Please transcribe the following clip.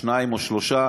שניים או שלושה.